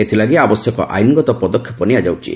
ଏଥଲାଗି ଆବଶ୍ୟକ ଆଇନ୍ଗତ ପଦକ୍ଷେପ ନିଆଯାଉଛି